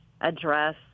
address